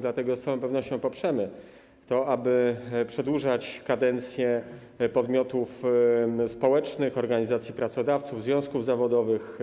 Dlatego z całą pewnością poprzemy to, aby przedłużać kadencje podmiotów społecznych, organizacji pracodawców, związków zawodowych,